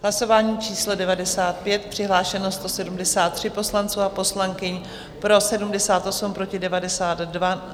Hlasování číslo 95, přihlášeno 173 poslanců a poslankyň, pro 78, proti 92.